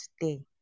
today